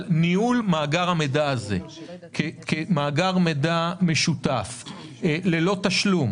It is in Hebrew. ניהול מאגר המידע הזה כמאגר מידע משותף ללא תשלום,